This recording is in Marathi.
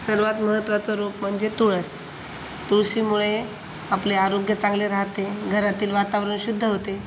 सर्वात महत्त्वाचं रोप म्हणजे तुळस तुळशीमुळे आपले आरोग्य चांगले राहते घरातील वातावरण शुद्ध होते